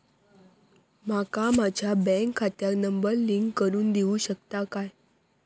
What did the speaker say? माका माझ्या बँक खात्याक नंबर लिंक करून देऊ शकता काय?